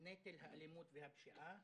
נטל האלימות והפשיעה